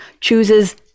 chooses